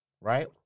right